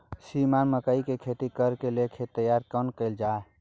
श्रीमान मकई के खेती कॉर के लेल खेत तैयार केना कैल जाए?